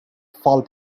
fall